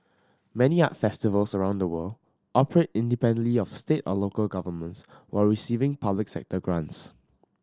many art festivals around the world operate independently of state or local governments while receiving public sector grants